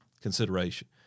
consideration